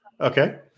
Okay